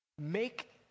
make